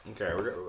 Okay